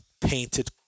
painted